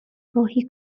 راهی